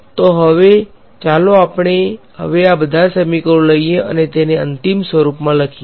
તો હવે ચાલો આપણે હવે બધા જ સમાકરણો લઈએ અને તેને અંતિમ સ્વરૂપમા લખીયે